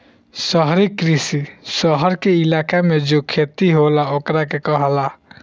शहरी कृषि, शहर के इलाका मे जो खेती होला ओकरा के कहाला